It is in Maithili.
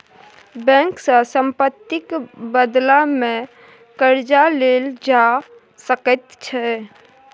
बैंक सँ सम्पत्तिक बदलामे कर्जा लेल जा सकैत छै